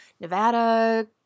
Nevada